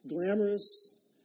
glamorous